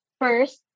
first